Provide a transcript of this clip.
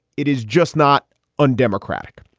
it is just not undemocratic.